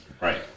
Right